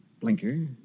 Blinker